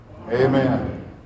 Amen